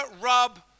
rub